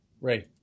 Ray